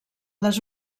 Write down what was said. les